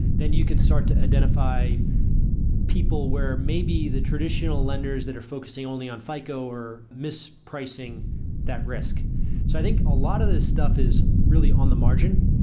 then you can start to identify people where maybe the traditional lenders that are focusing only on fico, or mispricing that risk i think a lot of this stuff is really on the margin.